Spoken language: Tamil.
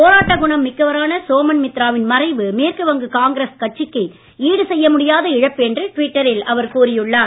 போராட்ட குணம் மிக்கவரான சோமன் மித்ரா வின் மறைவு மேற்கு வங்க காங்கிரஸ் கட்சிக்கு ஈடுசெய்ய முடியாத இழப்பு என்று ட்விட்டரில் அவர் கூறியுள்ளார்